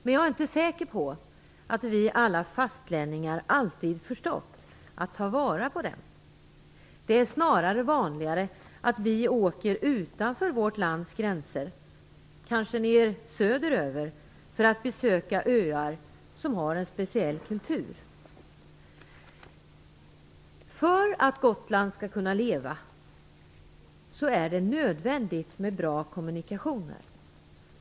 Men jag är inte säker på att vi fastlänningar alltid har förstått att ta vara på dem. Det är snarare vanligare att vi åker utanför vårt lands gränser, kanske söderöver, för att besöka öar som har en speciell kultur. För att Gotland skall kunna leva är det nödvändigt med bra kommunikationer.